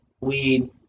weed